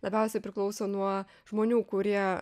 labiausiai priklauso nuo žmonių kurie